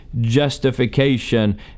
justification